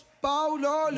Paulo